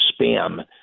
spam